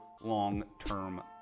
long-term